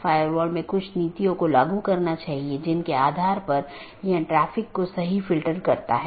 IGP IBGP AS के भीतर कहीं भी स्थित हो सकते है